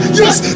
yes